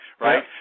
right